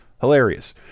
hilarious